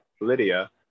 Lydia